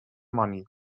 money